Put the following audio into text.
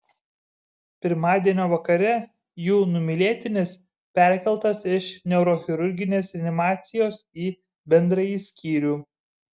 pirmadienio vakare jų numylėtinis perkeltas iš neurochirurginės reanimacijos į bendrąjį skyrių